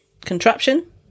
contraption